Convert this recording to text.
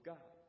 God